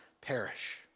perish